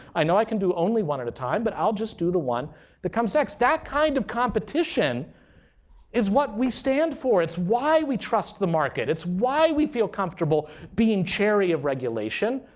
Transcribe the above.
i know i can do only one at a time, but i'll just do the one that comes next. that kind of competition is what we stand for. it's why we trust the market. it's why we feel comfortable being cherry of regulation.